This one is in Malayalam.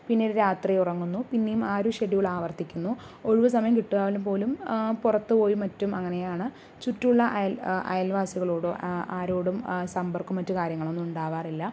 പിന്നീട് രാത്രി ഉറങ്ങുന്നു പിന്നെയും ആ ഒരു ഷെഡ്യുൾ ആവർത്തിക്കുന്നു ഒഴിവു സമയം കിട്ടുകാൻ പോലും പുറത്തു പോയി മറ്റും അങ്ങനെയാണ് ചുറ്റുള്ള അയൽ അയൽവാസികളോടോ ആരോടും സമ്പർക്കം മറ്റു കാര്യങ്ങളൊന്നും ഉണ്ടാവാറില്ല